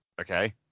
okay